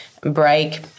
break